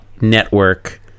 Network